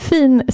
Fin